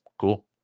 cool